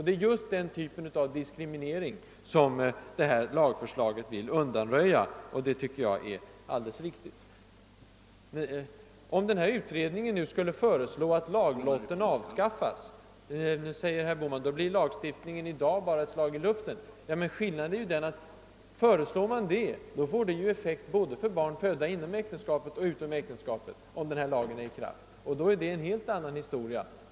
Det är just den typen av diskriminering som detta lagförslag vill undanröja, och det tycker jag är alldeles riktigt. Om utredningen nu skulle föreslå att laglotten avskaffas, då blir, säger herr Bohman, lagstiftningen i dag bara ett slag i luften. Men skillnaden är ju den, att ett sådant förslag får effekt både för barn födda inom äktenskapet och för barn födda utom äktenskapet. Det är en helt annan historia.